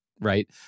Right